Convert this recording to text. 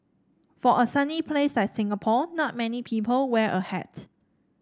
for a sunny place like Singapore not many people wear a hat